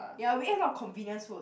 ya we ate a lot of convenience food